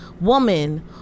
woman